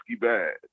bad